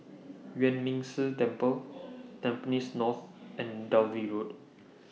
Yuan Ming Si Temple Tampines North and Dalvey Road